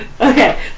Okay